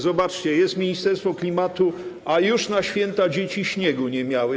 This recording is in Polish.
Zobaczcie: jest Ministerstwo Klimatu, a już na święta dzieci śniegu nie miały.